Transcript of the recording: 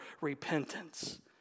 repentance